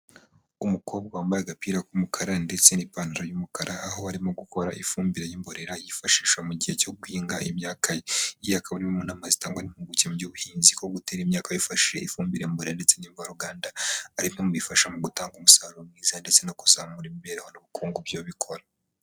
Umukobwa wambaye agapira k'umukara ndetse n'ipantaro y'umukara aho arimo gukora ifumbire y'imborera yifashisha mu gihe cyo guhinga imyaka, iyi ikaba ari imwe mu nama zitangwa impuguke muby'ubuhinzi ko gutera imyaka yifashishije ifumbire mborera ndetse n'imvaruganda aribimwe mu bifasha mu gutanga umusaruro mwiza ndetse no kuzamura imibereho n'ubukungu byo bikora.